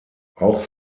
auch